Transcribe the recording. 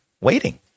waiting